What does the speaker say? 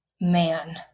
Man